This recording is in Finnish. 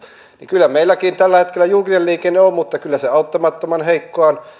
niin kyllä meilläkin tällä hetkellä julkinen liikenne on mutta kyllä se auttamattoman heikkoa on